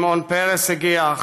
שמעון פרס הגיע,